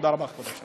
תודה רבה, כבודו.